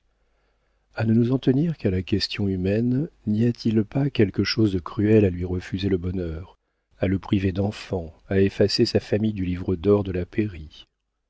a ne nous en tenir qu'à la question humaine n'y a-t-il pas quelque chose de cruel à lui refuser le bonheur à le priver d'enfants à effacer sa famille du livre d'or de la pairie